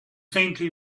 faintly